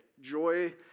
joy